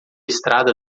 estrada